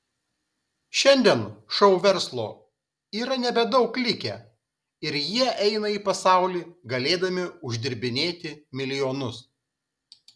šiandien šou verslo yra nebedaug likę ir jie eina į pasaulį galėdami uždirbinėti milijonus